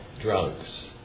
drugs